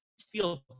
feel